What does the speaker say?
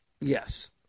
Yes